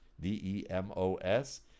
D-E-M-O-S